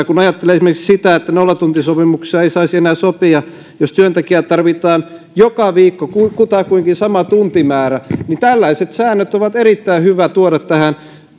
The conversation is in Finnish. kun ajattelee esimerkiksi sitä että nollatuntisopimuksia ei saisi enää sopia jos työntekijää tarvitaan joka viikko kutakuinkin sama tuntimäärä niin tällaiset säännöt on erittäin hyvä tuoda